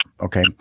okay